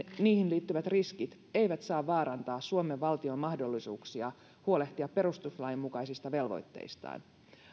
niihin liittyvät riskit eivät saa vaarantaa suomen valtion mahdollisuuksia huolehtia perustuslain mukaisista velvoitteistaan